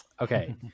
Okay